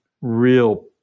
real